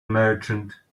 merchant